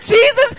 Jesus